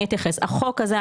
החוק הזה,